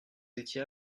étiez